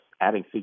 adding